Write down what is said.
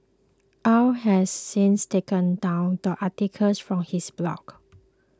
Au has since taken down the articles from his blog